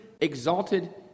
exalted